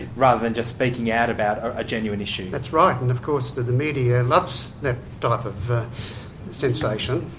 rather than just speaking out about a genuine issue? that's right. and of course the the media loves that type of sensation.